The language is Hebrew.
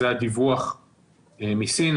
זה הדיווח מסין,